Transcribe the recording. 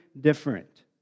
different